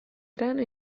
treno